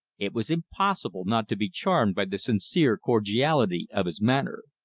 it was impossible not to be charmed by the sincere cordiality of his manner.